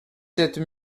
sept